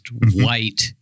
white